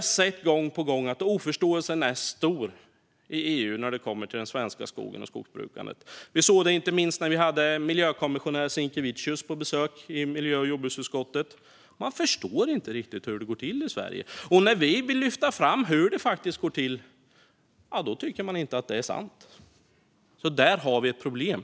Vi har gång på gång sett att oförståelsen är stor i EU när det kommer till den svenska skogen och skogsbrukandet. Vi såg det inte minst när vi hade miljökommissionär Sinkevicius på besök i miljö och jordbruksutskottet. Man förstår inte riktigt hur det går till i Sverige, och när vi vill lyfta fram hur det faktiskt går till tycker man inte att det är sant. Där har vi ett problem.